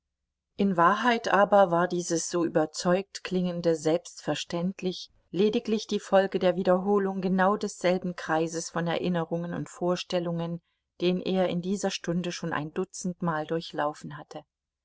in wahrheit aber war dieses so überzeugt klingende selbstverständlich lediglich die folge der wiederholung genau desselben kreises von erinnerungen und vorstellungen den er in dieser stunde schon ein dutzendmal durchlaufen hatte